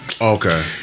Okay